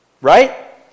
right